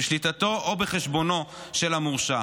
בשליטתו או בחשבונו של המורשע,